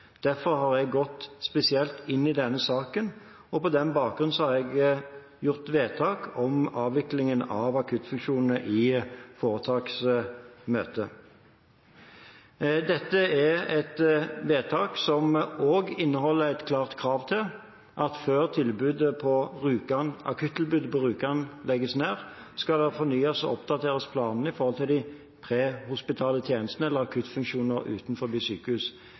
Derfor har jeg gått spesielt inn i denne saken, og på den bakgrunn har jeg gjort vedtak om avvikling av akuttfunksjonene i foretaksmøtet. Dette er et vedtak som også inneholder et klart krav om at før akuttilbudet på Rjukan legges ned, skal en fornye og oppdatere planene for de prehospitale tjenestene, eller akuttfunksjoner utenfor sykehus